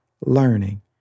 learning